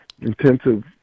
intensive